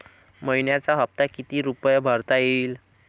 मइन्याचा हप्ता कितीक रुपये भरता येईल?